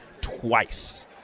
twice